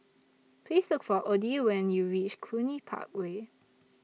Please Look For Odie when YOU REACH Cluny Park Way